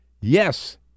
yes